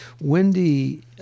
Wendy